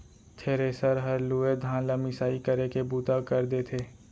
thresher हर लूए धान ल मिसाई करे के बूता कर देथे